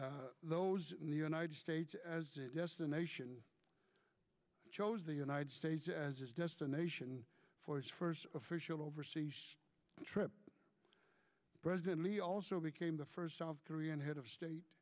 those in the united states as a destination chose the united states as its destination for its first official overseas trip president lee also became the first south korean head of state